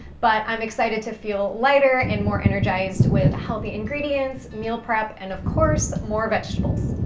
but, i'm excited to feel lighter, and more energized with healthy ingredients, meal prep, and of course, more vegetables.